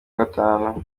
gatanu